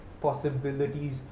possibilities